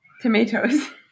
tomatoes